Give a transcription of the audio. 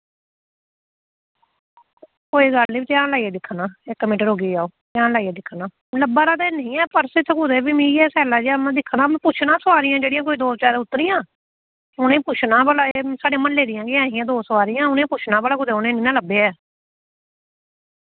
कोई गल्ल निं मैं ध्यान लाइयै दिक्खा ना इक मैंट रुकी जाओ ध्यान लाइयै दिक्खा ना लब्भा दा ते हैनी ऐ पर्स इत्थै कुतै मिगी ऐ सैला जेहा मैं दिक्खना मैं पुच्छना सोआरियां जेह्ड़ियां कोई दो चार उतरियां उ'ने पुच्छना भला एह् साढ़े म्हल्ले बी ऐ हियां दो सोआरियां उ'नें पुच्छ ना भला कुतै उ'ने निं ना लब्भेआ ऐ